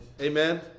Amen